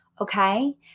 okay